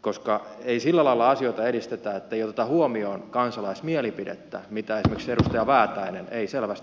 koska ei sillä lailla asioita edistetä että ei oteta huomioon kansalaismielipidettä mitä esimerkiksi edustaja väätäinen ei selvästi ota huomioon